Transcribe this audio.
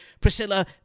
Priscilla